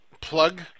plug